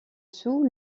sous